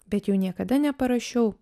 bet jau niekada neparašiau